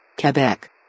Quebec